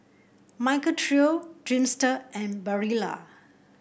Michael Trio Dreamster and Barilla